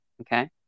okay